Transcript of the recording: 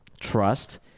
trust